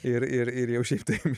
ir ir ir jau šiaip taip